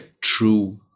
true